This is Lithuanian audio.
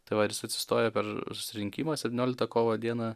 tai va ir jis atsistojo per susirinkimą septynioliktą kovo dieną